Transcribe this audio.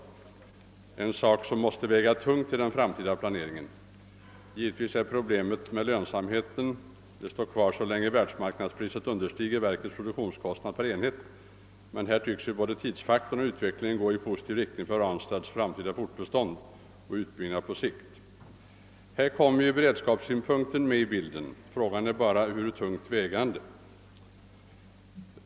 Det är en sak som måste väga tungt i den framtida planeringen. Givetvis kvarstår problemet med lönsamhet så länge världsmarknadspriset understiger verkets produktionskostnader per enhet, men här tycks ju både tidsfaktorn och utvecklingen gå i positiv riktning för Ranstads fortbestånd och utbyggnad på sikt. Här kommer även beredskapssynpunkten in i bilden; frågan är bara hur tungt vägande den är.